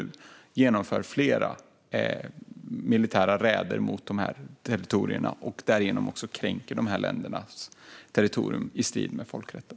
De genomför flera militära räder mot de territorierna och kränker därigenom de ländernas territorium i strid med folkrätten.